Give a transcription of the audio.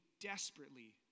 desperately